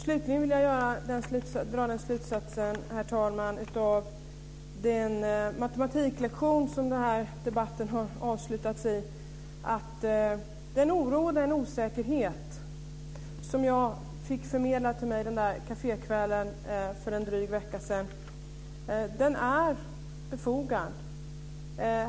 Slutligen vill jag, herr talman, av den matematiklektion som den här debatten har avslutats i dra slutsatsen att den oro och osäkerhet som jag fick förmedlat till mig en kafékväll för en dryg vecka sedan är befogad.